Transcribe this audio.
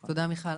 תודה, מיכל.